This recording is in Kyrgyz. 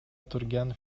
турган